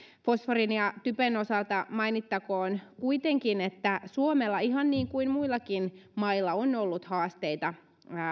fosforin ja typen osalta mainittakoon kuitenkin että suomella ihan niin kuin muillakin mailla on ollut haasteita